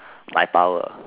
my power